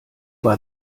war